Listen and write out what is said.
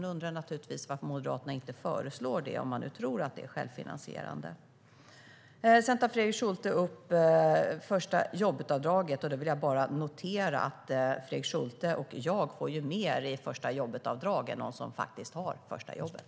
Då undrar jag naturligtvis varför Moderaterna inte föreslår det, om man nu tror att det är självfinansierande. Fredrik Schulte tar upp förstajobbetavdraget. Då vill jag bara notera att Fredrik Schulte och jag får mer i förstajobbetavdrag än dem som faktiskt har första jobbet.